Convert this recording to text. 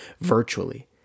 virtually